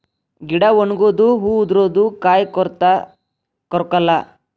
ಗಿಡಾ ಒಣಗುದು ಹೂ ಉದರುದು ಕಾಯಿ ಕೊರತಾ ಕೊರಕ್ಲಾ